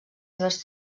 seves